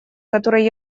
которые